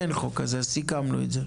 אין חוק, סיכמנו את זה.